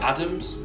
Adams